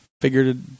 figured